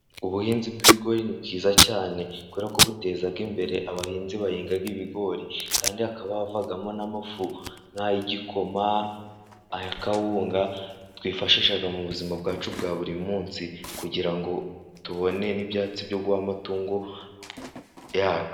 Ubuhinzi bw'ibigori ni bwiza cyane, kubera ko buteza imbere abahinzi bahinga ibigori, kandi hakaba havamo n'amafu nk'ay'igikoma, aya kawunga twifashisha mu buzima bwacu bwa buri munsi, kugira ngo tubone n'ibyatsi byo guha amatungo yacu.